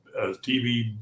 TV